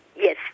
Yes